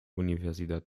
universidad